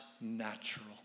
natural